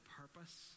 purpose